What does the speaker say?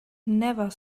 never